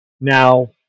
Now